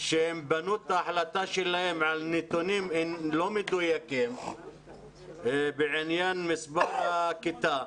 שהם בנו את ההחלטה שלהם על נתונים לא מדויקים בעניין מספר הילדים בכיתה.